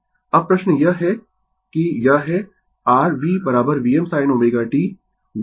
अब प्रश्न यह है कि यह है r V Vm sin ω t V Vm sin ωt